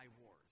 wars